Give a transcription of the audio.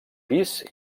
pis